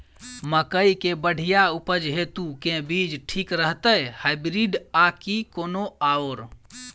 मकई केँ बढ़िया उपज हेतु केँ बीज ठीक रहतै, हाइब्रिड आ की कोनो आओर?